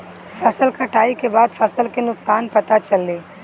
फसल कटाई के बाद फसल के नुकसान पता चली